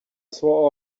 sore